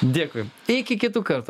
dėkui iki kitų kartų